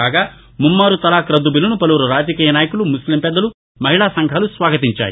కాగా ముమ్మారు తలాక్ రద్దు బిల్లను పలువురు రాజకీయ నాయకులు ముస్లిమ్ పెద్దలు మహిళాసంఘాలు స్వాగతించాయి